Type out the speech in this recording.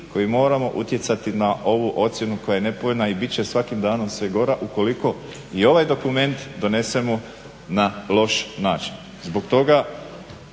koji moramo utjecati na ovu ocjenu koja je nepovoljna i bit će svakim danom sve gora ukoliko i ovaj dokument donesemo na loš način. Zbog toga